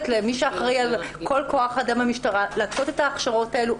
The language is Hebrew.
למי שאחראי על כל כוח האדם במשטרה לעשות את ההכשרות האלו